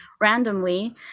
randomly